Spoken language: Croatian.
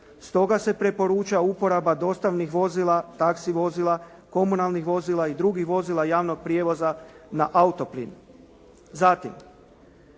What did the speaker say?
Stoga se preporuča uporaba dostavnih vozila, taxi vozila, komunalnih vozila i drugih vozila javnog prijevoza na autoplin. Zatim,